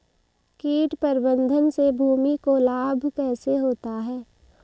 कीट प्रबंधन से भूमि को लाभ कैसे होता है?